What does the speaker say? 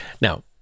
Now